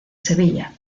sevilla